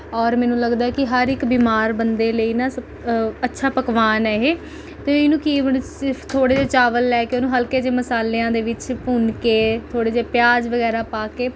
ਔਰ ਮੈਨੂੰ ਲੱਗਦਾ ਹੈ ਕਿ ਹਰ ਇੱਕ ਬਿਮਾਰ ਬੰਦੇ ਲਈ ਨਾ ਸਬ ਅੱਛਾ ਪਕਵਾਨ ਹੈ ਇਹ ਅਤੇ ਇਹਨੂੰ ਕੀ ਸਿਰਫ ਥੋੜ੍ਹੇ ਜਿਹੇ ਚਾਵਲ ਲੈ ਕੇ ਉਹਨੂੰ ਹਲਕੇ ਜਿਹੇ ਮਸਾਲਿਆਂ ਦੇ ਵਿੱਚ ਭੁੰਨ ਕੇ ਥੋੜ੍ਹੇ ਜਿਹੇ ਪਿਆਜ਼ ਵਗੈਰਾ ਪਾ ਕੇ